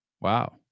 Wow